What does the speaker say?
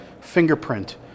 fingerprint